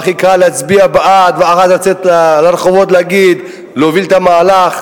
והכי קל להצביע בעד ואחר כך לצאת לרחובות להוביל את המהלך.